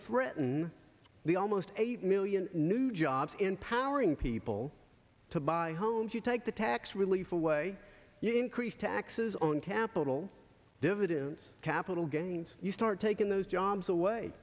threaten the almost eight million new jobs empowering people to buy homes you take the tax relief away crease taxes on capital dividends capital gains you start taking those jobs away